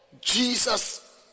jesus